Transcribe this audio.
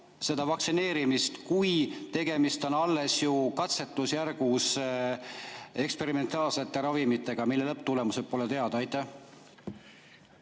vaktsineerimist, kui tegemist on alles katsetusjärgus eksperimentaalsete ravimitega, mille lõpptulemused pole teada? Aitäh,